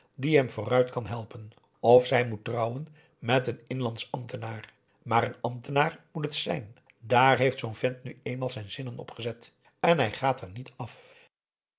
die hem vooruit kan helpen of zij moet trouwen met een inlandsch ambtenaar maar een ambtenaar moet het zijn dààr heeft zoo'n vent nu eenmaal zijn zinnen op gezet en hij gaat er niet af